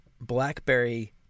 blackberry